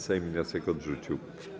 Sejm wniosek odrzucił.